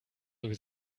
doch